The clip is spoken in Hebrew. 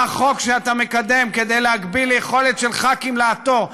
והחוק שאתה מקדם כדי להגביל יכולת של חברי כנסת לעתור,